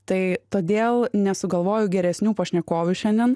tai todėl nesugalvoju geresnių pašnekovių šiandien